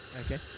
Okay